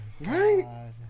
Right